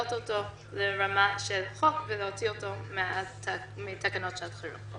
להעלות אותו לרמה של חוק ולהוציא אותו מתקנות שעת חירום.